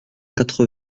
quatre